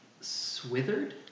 Swithered